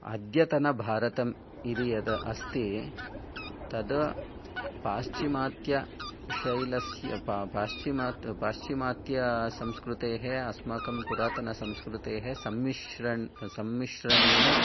अद्यतनं भारतम् इति यदस्ति तत् पाश्चात्य शैलस्य पाश्चिमात् पाश्चात्यसंस्कृतेः अस्माकं पुरातनसंस्कृतेः सम्मिश्र सम्मिश्रणेन